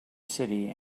city